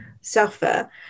suffer